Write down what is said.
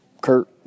Kurt